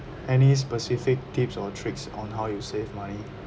any specific tips or tricks on how you save money